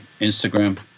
Instagram